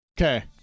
Okay